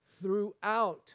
throughout